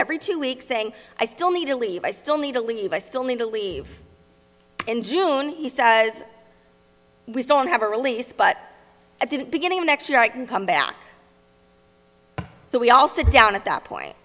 every two weeks saying i still need to leave i still need to leave i still need to leave in june he says we don't have a release but at the beginning of next year i can come back so we all sit down at that point